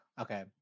okay